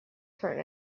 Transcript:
for